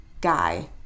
Guy